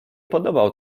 podobał